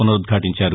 పునరుద్దాటించారు